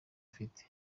afite